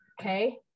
Okay